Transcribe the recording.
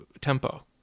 tempo